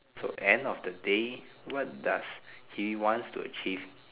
so end of the day what does he wants to achieve